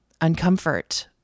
uncomfort